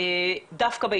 בעצם את המגמות,